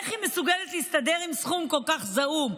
איך היא מסוגלת להסתדר עם סכום כל כך זעום?